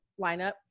lineup